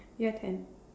your turn